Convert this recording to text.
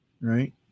right